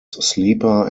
sleeper